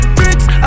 bricks